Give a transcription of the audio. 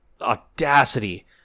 audacity